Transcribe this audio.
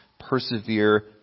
Persevere